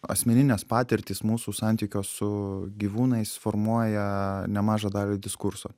asmeninės patirtys mūsų santykio su gyvūnais formuoja nemažą dalį diskurso